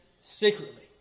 secretly